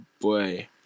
boy